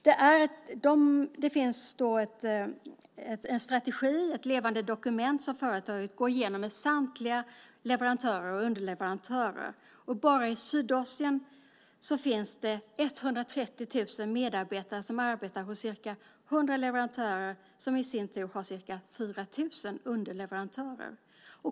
Det finns en strategi och ett levande dokument som företaget går igenom med samtliga leverantörer och underleverantörer. Bara i Sydasien finns 130 000 medarbetare som arbetar hos 100 leverantörer som i sin tur har ca 4 000 underleverantörer.